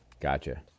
Gotcha